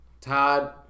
Todd